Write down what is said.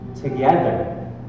Together